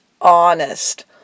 honest